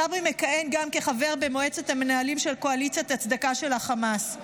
צברי מכהן גם כחבר במועצת המנהלים של קואליציית הצדקה של החמאס,